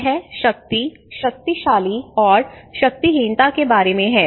यह शक्ति शक्तिशाली और शक्तिहीनता बारे में है